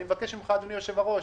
אני מבקש ממך, אדוני יושב-הראש,